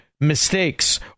mistakes